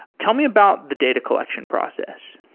tell me about the data collection process.